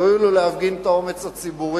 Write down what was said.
יואילו להפגין את האומץ הציבורי